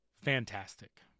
Fantastic